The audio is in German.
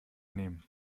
nehmen